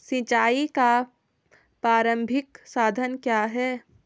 सिंचाई का प्रारंभिक साधन क्या है?